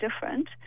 different